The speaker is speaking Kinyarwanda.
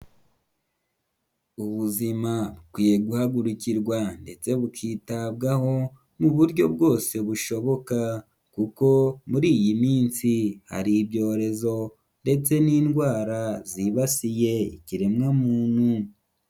Ubuzima bukwiye guhagurukirwa ndetse bukitabwaho mu buryo bwose bushoboka, kuko muri iyi minsi hari ibyorezo ndetse n'indwara zibasiye ikiremwamuntu.